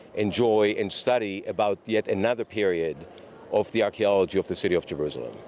enjoy and study about yet another period of the archeology of the city of jerusalem.